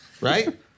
right